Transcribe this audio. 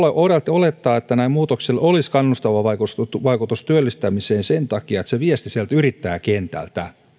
olettaa että näillä muutoksilla olisi kannustava vaikutus työllistämiseen sen takia että se viesti yrittäjäkentältä